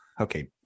Okay